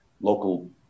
local